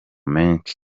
menshi